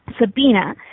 Sabina